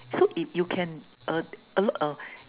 so if you can uh alert uh